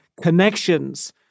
connections